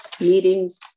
meetings